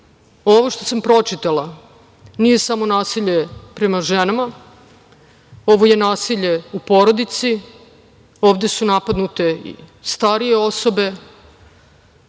što sam pročitala nije samo nasilje prema ženama, ovo je nasilje u porodici, ovde su napadnute i starije osobe,